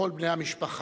וכל בני המשפחה,